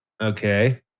Okay